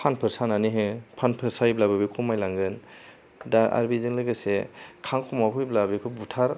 फानफोर सानानै हो फानफोर सायोब्लाबो बे खमाय लांगोन दा आर बेजों लोगोसे खांख'मा फैब्ला बेखौ बुथार